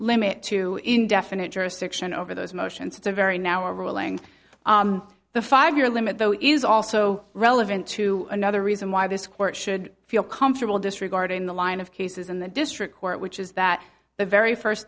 limit to indefinite jurisdiction over those motions it's a very now ruling the five year limit though is also relevant to another reason why this court should feel comfortable disregarding the line of cases in the district court which is that the very first